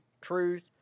truth